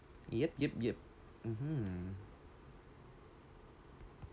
yep yep yep mmhmm